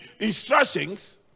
instructions